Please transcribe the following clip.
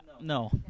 No